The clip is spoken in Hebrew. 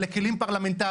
אלה כלים פרלמנטריים,